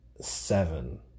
seven